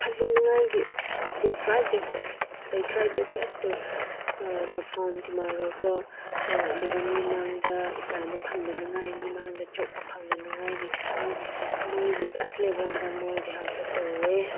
ꯐꯖꯅꯉꯥꯏꯒꯤ ꯗꯦ ꯇ꯭ꯔꯥꯏ ꯗꯦꯌꯔ ꯕꯦꯁ ꯗꯦ ꯇ꯭ꯔꯥꯏ ꯗꯦꯌꯔ ꯕꯦꯁ ꯇꯨ ꯄꯔꯐꯣꯔꯝ ꯇꯨꯃꯣꯔꯣꯀꯣ ꯑꯗꯨꯒ ꯃꯤꯃꯥꯡꯗ ꯏꯀꯥꯏꯕ ꯐꯪꯗꯅꯉꯥꯏ ꯃꯤꯃꯥꯡꯗ ꯆꯣꯞꯄ ꯐꯪꯗꯅꯉꯥꯏꯒꯤ ꯃꯣꯏ ꯃꯣꯏꯒꯤ ꯕꯦꯁ ꯂꯦꯚꯦꯜꯗ ꯃꯣꯏ ꯔꯤꯍꯥꯔꯁꯦꯜ ꯇꯧꯋꯦ